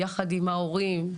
יחד עם ההורים,